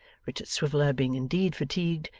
richard swiveller being indeed fatigued,